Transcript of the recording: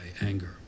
anger